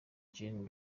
gen